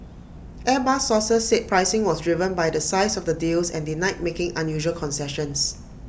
airbus sources said pricing was driven by the size of the deals and denied making unusual concessions